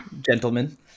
gentlemen